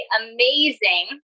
amazing